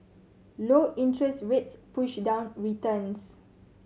low interest rates push down returns